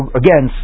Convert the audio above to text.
again